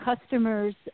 customers